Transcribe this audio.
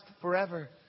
forever